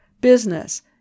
business